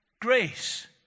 grace